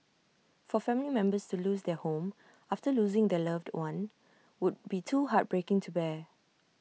for family members to lose their home after losing their loved one would be too heartbreaking to bear